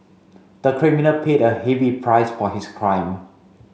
the criminal paid a heavy price for his crime